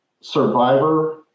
survivor